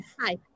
Hi